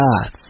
God